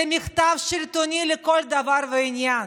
זה מחטף שלטוני לכל דבר ועניין.